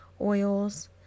oils